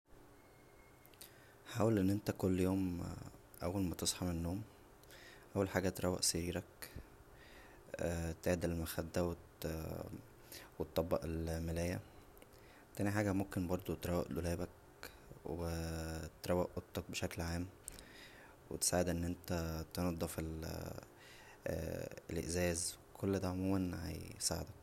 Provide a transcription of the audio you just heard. حاول ان انت كل يوم اول ما تصحى من النوم اول حاجه تروق سريرك تعدل المخده و تطبق الملايه تانى حاجه ممكن برضو تروق دولابك و تروق اوضتك بشكل عام و تساعد انت انت تنضف الازاز كل دا عموما هيساعدك